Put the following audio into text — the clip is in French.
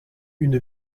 une